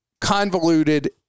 convoluted